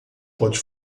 pode